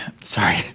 sorry